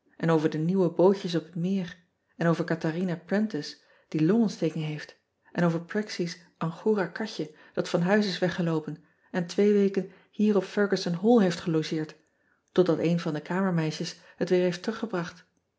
en over de nieuwe bootjes op het meer en over atharina rentiss die longontsteiking heeft en over rexy s ngora katje dat van huis is weggeloopen en twee weken hier op ean ebster adertje angbeen ergussen all heeft gelogeerd totdat een van de kamermeisjes het weer heeft teruggebracht